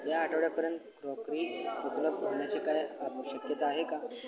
या आठवड्यापर्यंत क्रॉकरी उपलब्ध होण्याची काय शक्यता आहे का